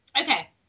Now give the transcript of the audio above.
Okay